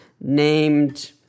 named